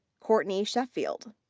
courtney sheffield.